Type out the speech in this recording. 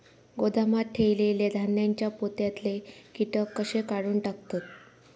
गोदामात ठेयलेल्या धान्यांच्या पोत्यातले कीटक कशे काढून टाकतत?